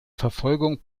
verfolgung